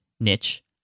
niche